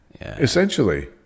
essentially